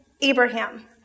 Abraham